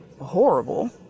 horrible